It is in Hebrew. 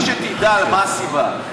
רק שתדע מה הסיבה.